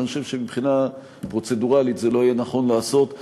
אבל אני חושב שמבחינה פרוצדורלית לא יהיה נכון לעשות זאת.